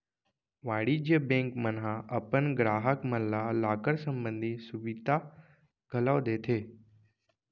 वाणिज्य बेंक मन ह अपन गराहक मन ल लॉकर संबंधी सुभीता घलौ देथे